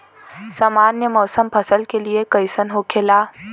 सामान्य मौसम फसल के लिए कईसन होखेला?